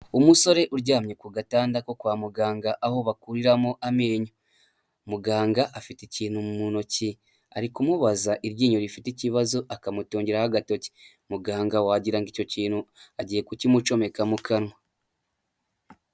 Umusore uryamye ku gatanda ko kwa muganga aho bakuriramo amenyo. Muganga afite ikintu mu ntoki, ari kumubaza iryinyo rifite ikibazo akamutungiraho agatoki. Muganga wagirango ngo icyo kintu agiye kukimucomeka mu kanwa.